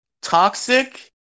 Toxic